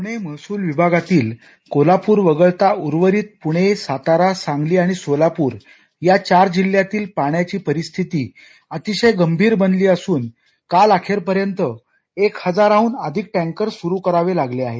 प्णे महसूल विभागातील कोल्हापूर वगळता उर्वरित पूणे सातारा सांगली आणि सोलापूर या चार जिल्ह्यातील पाण्याची परिस्थिती अतिशय गंभीर बनली असून काल अखेरपर्यंत एक हजाराहून अधिक टँकर सुरू करावे लागले आहेत